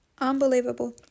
unbelievable